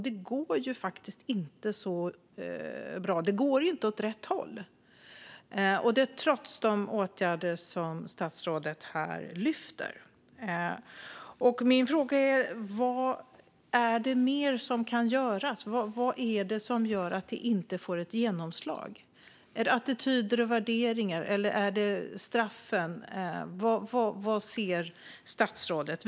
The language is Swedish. Det går inte så bra. Det går inte åt rätt håll, trots de åtgärder som statsrådet tar upp här. Vad mer kan göras? Varför får detta inget genomslag? Handlar det om attityder och värderingar eller är det straffen? Vad tror statsrådet?